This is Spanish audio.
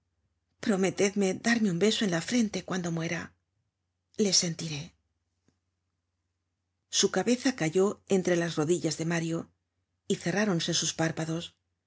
prometedme darme un beso en la frente cuando muera le sentiré su cabeza cayó entre las rodilllas de mario y cerráronse sus párpados él